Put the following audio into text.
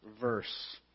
verse